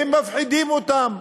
הם מפחידים אותם.